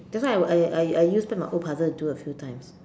that's why I I I use back my old puzzle to do a few times